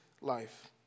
life